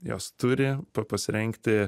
jos turi pa pasirengti